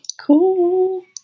cool